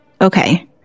Okay